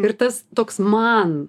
ir tas toks man